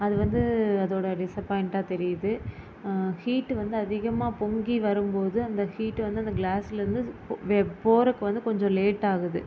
அது வந்து அதோட டிஸ்ஸப்பாய்ண்ட்டாக தெரியுது ஹீட்டு வந்து அதிகமாக பொங்கி வரும்போது அந்த ஹீட் வந்து அந்த கிளாஸ்லருந்து போ போகிறதுக்கு வந்து கொஞ்சம் லேட்டாகுது